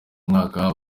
umwaka